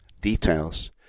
details